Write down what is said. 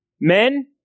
Men